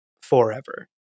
forever